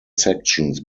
sections